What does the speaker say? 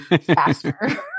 faster